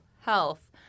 health